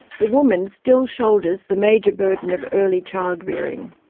the woman still shoulders the major burden of early child-rearing.